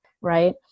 Right